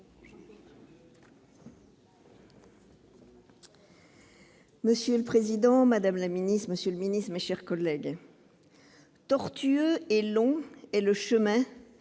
Monsieur le président, madame, monsieur les ministres, mes chers collègues, tortueux et long est le chemin